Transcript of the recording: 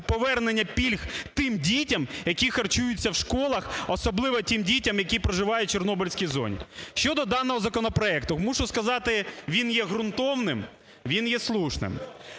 повернення пільг тим дітям, які харчуються в школах, особливо тим дітям, які проживають в Чорнобильській зоні. Щодо даного законопроекту. Мушу сказати, він є ґрунтовним, він є слушним.